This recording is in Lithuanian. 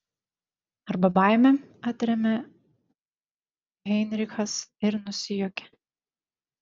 arba baimė atrėmė heinrichas ir nusijuokė